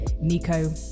Nico